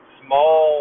small